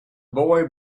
boy